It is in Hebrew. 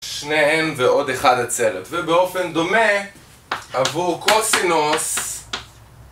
שניהם ועוד אחד הצלב ובאופן דומה עבור קוסינוס